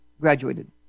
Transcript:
graduated